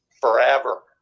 forever